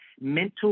mental